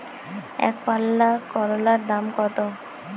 একপাল্লা করলার দাম কত?